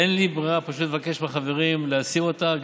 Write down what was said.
אין לי ברירה אלא פשוט לבקש מהחברים להסיר אותה,